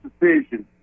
decision